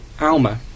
ALMA